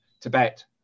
Tibet